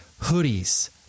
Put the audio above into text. hoodies